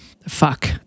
fuck